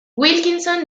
wilkinson